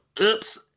oops